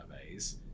surveys